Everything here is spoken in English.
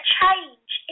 change